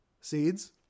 seeds